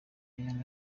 yari